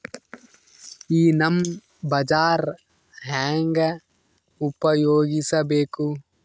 ಈ ನಮ್ ಬಜಾರ ಹೆಂಗ ಉಪಯೋಗಿಸಬೇಕು?